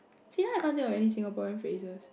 see now I can't think of any Singaporean phrases